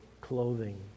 clothing